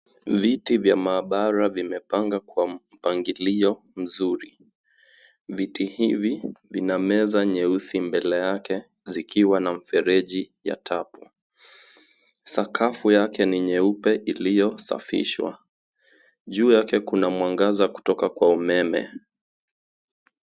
Viti vya maabara vimepangwa kwa mpangilio mzuri. Viti hivi vina meza nyeusi mbele yake zikiwa na mfereji ya tap . Sakafu yake ni nyeupe, iliyosafishwa. Juu yake kuna mwangaza kutoka kwa umeme.